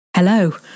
Hello